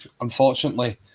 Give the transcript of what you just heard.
unfortunately